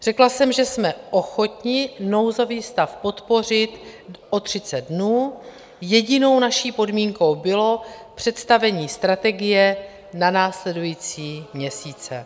Řekla jsem, že jsme ochotni nouzový stav podpořit o 30 dnů, jedinou naší podmínkou bylo představení strategie na následující měsíce.